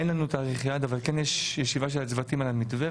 אין לנו תאריך יעד אבל כן יש ישיבה של הצוותים על המתווה,